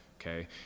okay